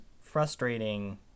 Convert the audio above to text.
frustrating